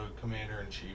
commander-in-chief